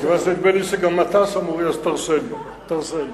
תרשה לי.